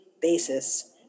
basis